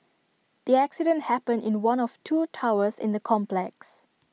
the accident happened in one of two towers in the complex